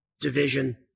division